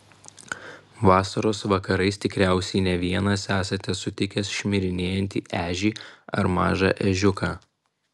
vasaros vakarais tikriausiai ne vienas esate sutikęs šmirinėjantį ežį ar mažą ežiuką